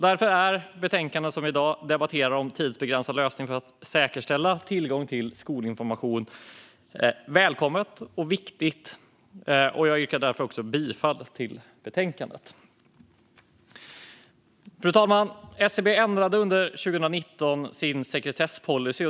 Därför är betänkandet som vi i dag debatterar om tidsbegränsad lösning för att säkerställa tillgång till skolinformation välkommet och viktigt. Jag yrkar därför bifall till utskottets förslag i betänkandet. Fru talman! SCB ändrade under 2019 sin sekretesspolicy.